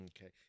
Okay